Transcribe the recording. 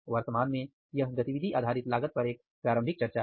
वर्तमान में यह गतिविधि आधारित लागत पर एक प्रारंभिक चर्चा है